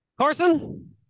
Carson